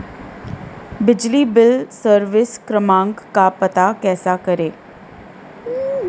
बिजली bill service क्रमांक का पता कैसे करें?